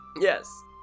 Yes